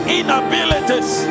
inabilities